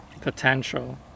potential